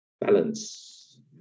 balance